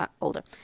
older